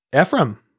Ephraim